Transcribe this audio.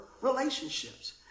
relationships